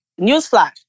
newsflash